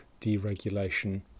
deregulation